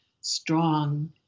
strong